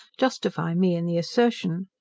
justify me in the assertion.